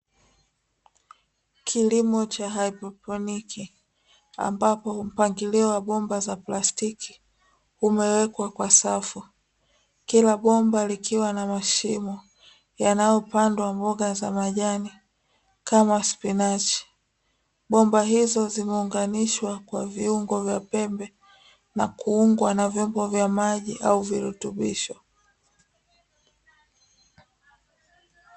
Kilimo cha haidroponi ambapo mpangilio wa bomba za plastiki umewekwa kwa safu, kila bomba likiwa na mashimo yanayopandwa mboga za majani kama spinachi. Bomba hizo zimeunganishwa kwa viungo vya pembe na kuungwa na vyombo vya maji au virutubisho.